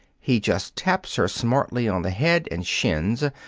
he just taps her smartly on the head and shins,